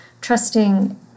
trusting